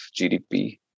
GDP